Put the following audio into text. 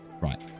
right